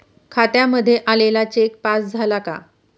खात्यामध्ये आलेला cheque pass झाला का?